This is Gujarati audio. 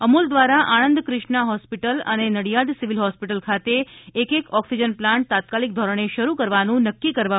અમૂલ દ્રારા આણંદ કિષ્ના હોસ્પીટલ અને નડિયાદ સિવીલ હોસ્પીટલ ખાતે એક એક ઓક્સિજન પ્લાન્ટ તાત્કાલિક ધોરણે શરૂ કરવાનુ નક્કી કરવામાં આવ્યું છિ